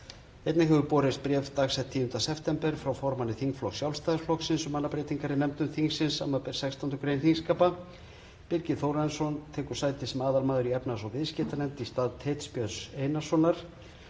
Einnig hefur borist bréf, dagsett 10. september, frá formanni þingflokks Sjálfstæðisflokksins um mannabreytingar í nefndum þingsins, sbr. 16. gr. þingskapa: Birgir Þórarinsson tekur sæti sem aðalmaður í efnahags- og viðskiptanefnd í stað Teits Björns Einarssonar.